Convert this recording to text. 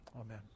Amen